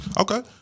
Okay